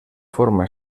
forma